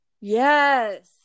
yes